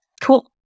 Cool